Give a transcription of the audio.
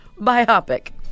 biopic